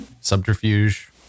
subterfuge